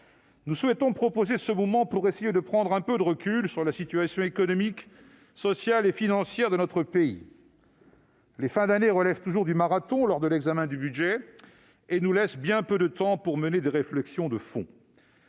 Nous souhaitons proposer un moment pour essayer de prendre un peu de recul sur la situation économique, sociale et financière de notre pays. Les fins d'année relèvent toujours du marathon lors de l'examen du budget et nous laissent bien peu de temps pour mener des réflexions de fond.